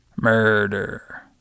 Murder